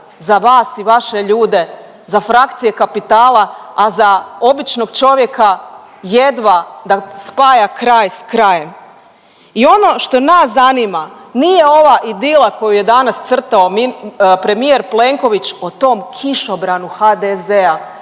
za vas i vaše ljude, za frakcije kapitala, a za običnog čovjeka jedva da spaja kraj s krajem. I ono što nas zanima nije ova idila koju je danas crtao premijer Plenković o tom kišobranu HDZ-a